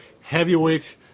heavyweight